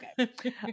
Okay